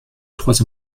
trois